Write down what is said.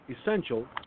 essential